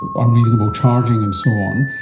unreasonable charging and so on.